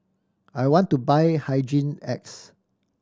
I want to buy Hygin X